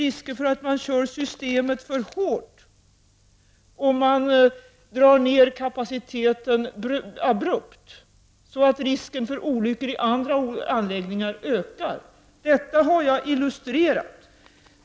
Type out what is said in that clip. risker för att köra systemet för hårt om man drar ned kapaciteten abrupt så att risken för olyckor i andra anläggningar ökar. Detta har jag illustrerat.